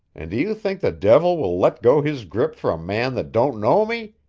and do you think the devil will let go his grip for a man that don't know me?